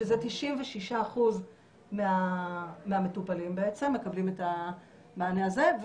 שזה 96% מהמטופלים שמקבלים את המענה הזה,